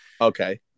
Okay